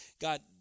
God